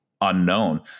unknown